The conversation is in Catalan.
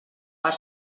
per